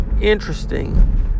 interesting